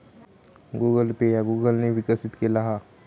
Google Pay ह्या Google ने विकसित केला हा